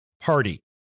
party